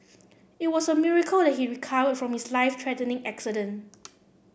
it was a miracle that he recovered from his life threatening accident